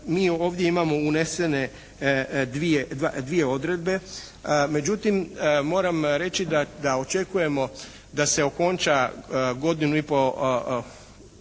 mi ovdje imamo unesene dvije odredbe. Međutim, moram reći da očekujemo da se okonča godinu i pol dana